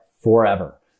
forever